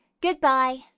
Goodbye